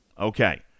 Okay